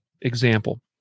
example